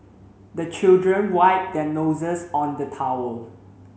the children wipe their noses on the towel